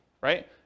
Right